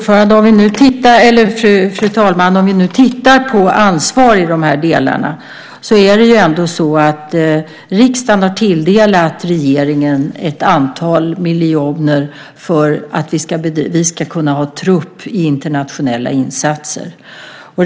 Fru talman! Om man tittar på ansvaret i fråga om dessa delar har riksdagen trots allt tilldelat regeringen ett antal miljoner för att vi ska kunna ha trupp i internationella insatser.